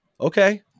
okay